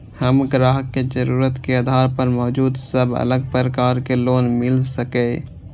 हम ग्राहक के जरुरत के आधार पर मौजूद सब अलग प्रकार के लोन मिल सकये?